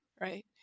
right